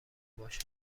باشن